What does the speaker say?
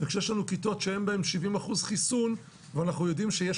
יש לנו כיתות שאין בהם 70 אחוזים חיסון ואנחנו יודעים שיש